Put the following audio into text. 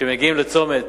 כשמגיעים לצומת